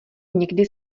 někdy